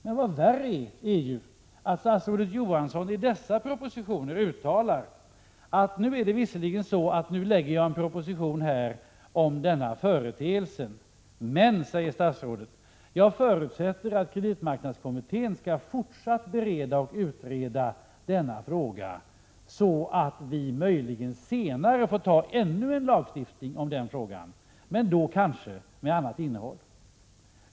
Men vad värre är är ju detta att statsrådet Johansson i de här propositionerna uttalar att han visserligen lägger fram en proposition beträffande den ifrågavarande företeelsen, men att han förutsätter att kreditmarknadskommittén även fortsättningsvis skall utreda och bereda denna fråga, så att vi möjligen senare får ännu en lag, men då kanske med ett annat innehåll.